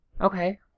Okay